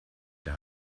der